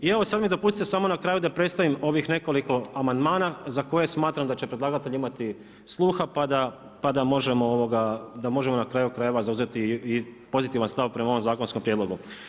I evo sada mi dopustite na kraju da predstavim ovih nekoliko amandmana za koje smatram da će predlagatelj imati sluha pa da možemo na kraju krajeva zauzeti i pozitivan stav prema ovom zakonskom prijedlogu.